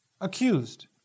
Accused